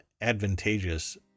advantageous